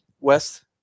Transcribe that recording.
west